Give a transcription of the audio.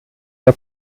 der